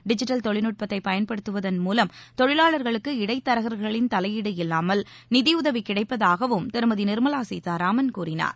digital தொழில்நுட்பத்தை பயன்படுத்துவதன் மூலம் தொழிலாளர்களுக்கு இடைத்தரகர்களின் தலையீடு இல்லாமல் நிதியுதவி கிடைப்பதாகவும் திருமதி நிர்மலா சீத்தாராமன் கூறினார்